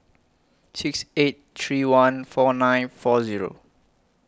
six eight three one four nine four Zero